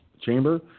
chamber